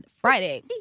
Friday